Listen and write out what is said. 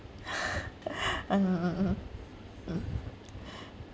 (uh huh) mmhmm mm